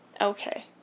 Okay